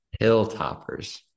Hilltoppers